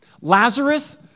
Lazarus